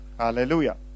hallelujah